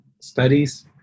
studies